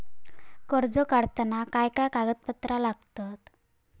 कर्ज काढताना काय काय कागदपत्रा लागतत?